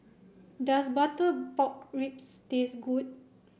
does butter pork ribs taste good